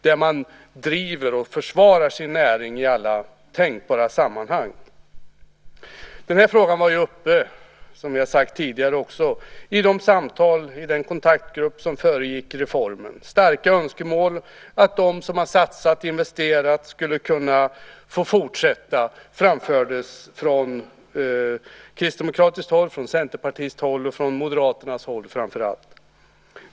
Där försvarar man sin näring i alla tänkbara sammanhang. Som vi också har sagt tidigare var den här frågan uppe i de samtal som fördes i den kontaktgrupp som föregick reformen. Starka önskemål om att de som har satsat och investerat skulle kunna få fortsätta framfördes framför allt från Kristdemokraterna, Centerpartiet och Moderaterna.